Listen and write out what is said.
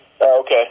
Okay